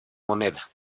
moneda